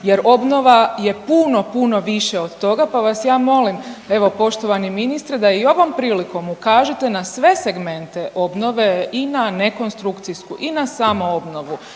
jer obnova je puno, puno više od toga pa vas ja molim evo poštovani ministre da i ovom prilikom ukažete na sve segmente obnove i na nekonstrukcijsku i na samooobnovu